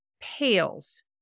pales